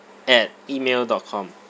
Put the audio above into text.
at email dot com